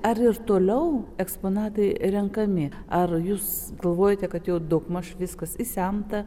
ar ir toliau eksponatai renkami ar jūs galvojate kad jau daugmaž viskas išsemta